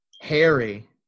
Harry